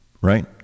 Right